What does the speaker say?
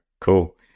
cool